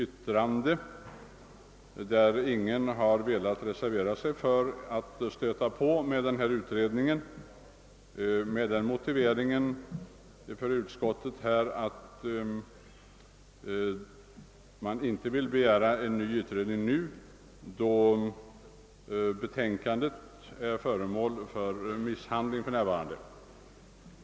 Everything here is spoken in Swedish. Ingen har reserverat sig för den föreslagna utredningen. Utskottets motivering för att inte begära en ny utredning är att betänkandet alltjämt är föremål för remissbehandling.